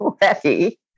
ready